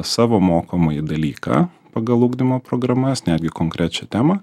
savo mokomąjį dalyką pagal ugdymo programas netgi konkrečią temą